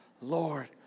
Lord